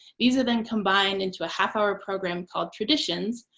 these are then combined into a half-hour program called traditions,